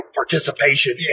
participation